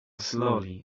slowly